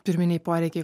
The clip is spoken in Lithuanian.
pirminiai poreikiai